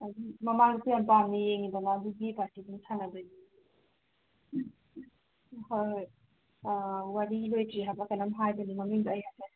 ꯍꯥꯏꯕꯗꯤ ꯃꯃꯥꯡꯗꯁꯨ ꯌꯥꯝ ꯄꯥꯝꯅ ꯌꯦꯡꯉꯤꯗꯅ ꯑꯗꯨꯒꯤ ꯄꯥꯔꯇꯤꯗꯨꯅ ꯁꯥꯟꯅꯒꯗꯣꯏꯅꯦ ꯍꯣꯏ ꯍꯣꯏ ꯋꯥꯔꯤ ꯂꯣꯏꯗ꯭ꯔꯤ ꯍꯥꯏꯕ꯭ꯔ ꯀꯩꯅꯣꯝ ꯍꯥꯏꯕꯅꯦ ꯃꯃꯤꯡꯗꯣ ꯑꯩ ꯍꯥꯏꯐꯦꯠ